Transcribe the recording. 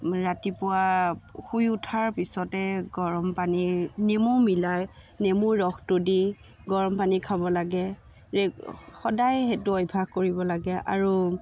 ৰাতিপুৱা শুই উঠাৰ পিছতে গৰম পানীৰ নেমু মিলাই নেমুৰ ৰসটো দি গৰম পানী খাব লাগে ৰেগ সদায় সেইটো অভ্যাস কৰিব লাগে আৰু